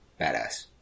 badass